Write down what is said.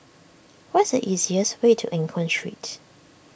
what is the easiest way to Eng Hoon Street